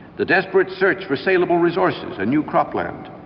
the desperate search for saleable resources and new crop land,